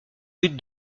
but